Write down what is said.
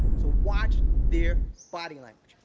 so watch their body language.